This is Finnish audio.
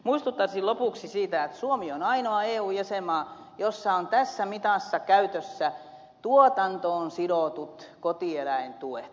muistuttaisin lopuksi siitä että suomi on ainoa eun jäsenmaa jossa on tässä mitassa käytössä tuotantoon sidotut kotieläintuet